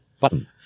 button